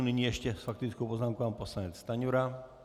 Nyní ještě s faktickou poznámkou pan poslanec Stanjura.